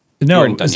No